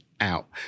out